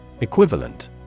Equivalent